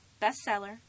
Bestseller